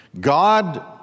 God